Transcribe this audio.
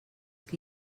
qui